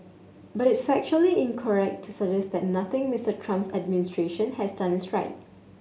but it is factually incorrect to suggest that nothing Mister Trump's administration has done is right